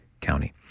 County